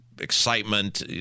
excitement